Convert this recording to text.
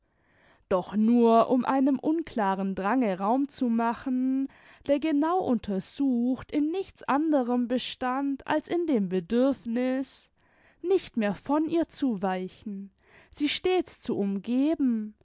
doch nur um einem unklaren drange raum zu machen der genau untersucht in nichts anderem bestand als in dem bedürfniß nicht mehr von ihr zu weichen sie stets zu umgeben